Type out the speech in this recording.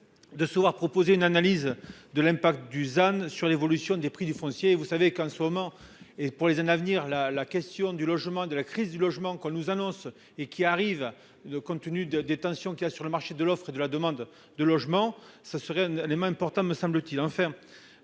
De se voir proposer une analyse de l'impact du sur l'évolution des prix du foncier. Vous savez qu'en ce moment et pour les années à venir la la question du logement, de la crise du logement qu'on nous annonce et qui arrive de contenu de détention qui a sur le marché de l'offre et de la demande de logement. Ce serait un élément important me semble-t-il